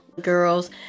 girls